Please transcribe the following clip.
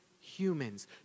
humans